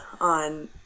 on